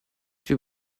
die